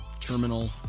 Terminal